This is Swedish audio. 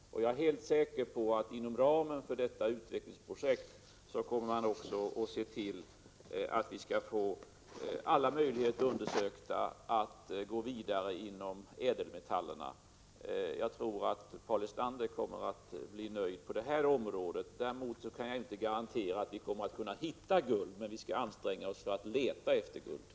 Jag är helt säker på att man inom ramen för detta utvecklingsprojekt också kommer att se till att vi får alla möjligheter undersökta att gå vidare inom området ädelmetaller. Jag tror att Paul Lestander kommer att bli nöjd på detta område. Däremot kan jag inte garantera att vi kommer att hitta guld, men vi skall anstränga oss för att leta efter guld.